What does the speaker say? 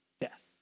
death